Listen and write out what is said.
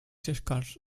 scarce